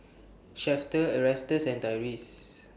Shafter Erastus and Tyrese